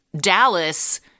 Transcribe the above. dallas